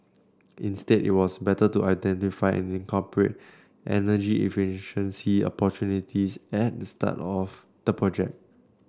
instead it was better to identify and incorporate energy efficiency opportunities at the start of the project